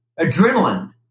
adrenaline